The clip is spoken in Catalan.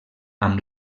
amb